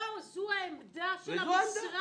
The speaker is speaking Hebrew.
זו עמדת המשרד.